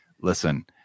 Listen